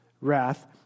wrath